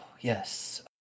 yes